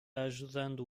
ajudando